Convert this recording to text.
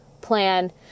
plan